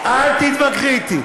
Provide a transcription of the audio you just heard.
אל תתווכחי איתי.